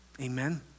Amen